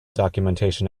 documentation